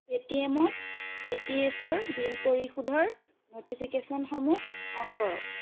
pay টি এমত ডি টি এইচৰ বিল পৰিশোধৰ ন'টিফিকেচনসমূহ অন কৰক